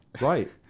Right